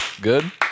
Good